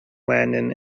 landon